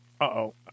Uh-oh